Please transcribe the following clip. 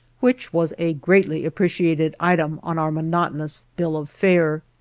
which was a greatly appreciated item on our monotonous bill of fare.